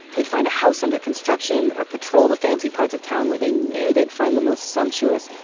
they'd find a house under construction, or patrol the fancy parts of town where they knew they'd find the most sumptuous,